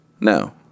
No